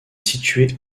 située